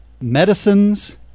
medicines